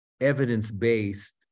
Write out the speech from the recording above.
evidence-based